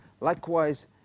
likewise